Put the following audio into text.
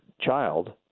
child